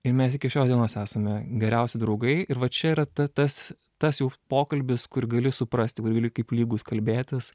ir mes iki šios dienos esame geriausi draugai ir va čia yra ta tas tas jau pokalbis kur gali suprasti kur gali kaip lygus kalbėtis